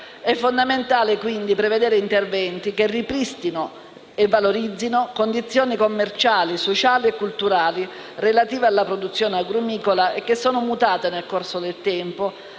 È fondamentale, quindi, prevedere interventi che ripristino e valorizzino condizioni commerciali, sociali e culturali relative alla produzione agrumicola, che sono mutate nel corso del tempo,